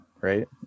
right